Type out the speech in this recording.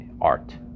art